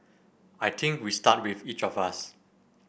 I think we start with each of us